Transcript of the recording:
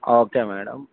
okay madam